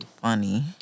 funny